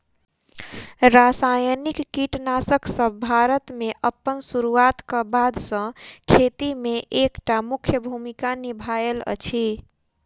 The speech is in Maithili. रासायनिक कीटनासकसब भारत मे अप्पन सुरुआत क बाद सँ खेती मे एक टा मुख्य भूमिका निभायल अछि